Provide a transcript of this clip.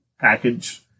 package